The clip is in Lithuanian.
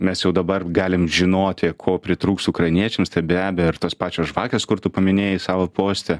mes jau dabar galim žinoti ko pritrūks ukrainiečiams tai be abejo ir tos pačios žvakės kur tu paminėjai savo poste